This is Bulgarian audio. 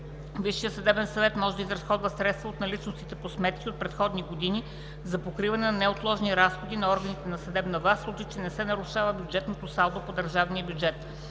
Висшият съдебен съвет може да изразходва средства от наличностите по сметки от предходни години за покриване на неотложни разходи на органите на съдебната власт, в случай че не се нарушава бюджетното салдо по държавния бюджет.